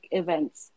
events